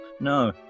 No